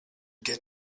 get